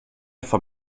vom